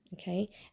okay